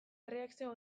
erreakzio